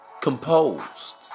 composed